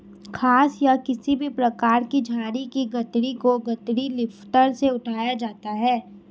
घास या किसी भी प्रकार की झाड़ी की गठरी को गठरी लिफ्टर से उठाया जाता है